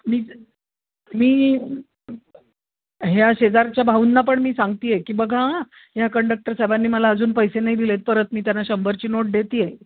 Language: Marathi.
मीच मी ह्या शेजारच्या भाऊंना पण मी सांगते आहे की बघा हा कंडक्टर साहेबांनी मला अजून पैसे नाही दिले आहे परत मी त्यांना शंभरची नोट देते आहे